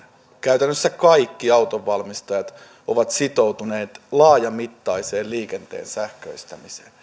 käytännössä kaikki autonvalmistajat ovat sitoutuneet laajamittaiseen liikenteen sähköistämiseen